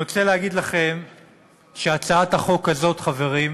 אני רוצה להגיד לכם שהצעת החוק הזאת, חברים,